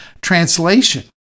translation